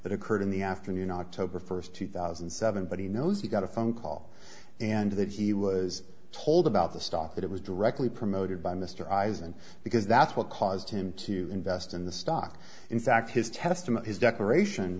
that occurred in the afternoon october first two thousand and seven but he knows he got a phone call and that he was told about the stock that it was directly promoted by mr eyes and because that's what caused him to invest in the stock in fact his testimony his declaration